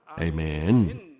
Amen